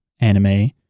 anime